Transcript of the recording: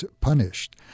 punished